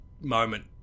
moment